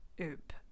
Oop